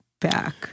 back